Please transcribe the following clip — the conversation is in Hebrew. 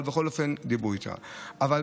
אבל